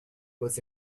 was